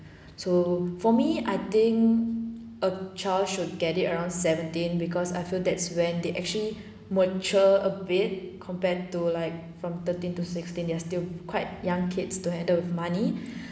so for me I think a child should get it around seventeen because I feel that's when they actually mature a bit compared to like from thirteen to sixteen they are still quite young kids to handle with money